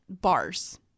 bars